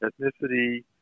ethnicity